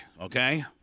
Okay